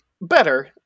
better